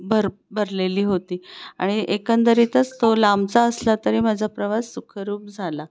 भर भरलेली होती आणि एकंदरीतच तो लांबचा असला तरी माझा प्रवास सुखरूप झाला